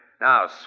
Now